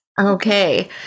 Okay